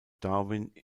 darwin